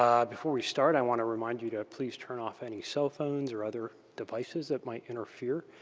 um before we start, i want to remind you to please turn off any cellphones or other devices that might interfere.